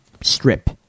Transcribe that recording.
strip